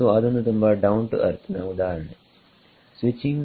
ಸೋಅದೊಂದು ತುಂಬಾ down to earth ನ ಉದಾಹರಣೆಸ್ವಿಚಿಂಗ್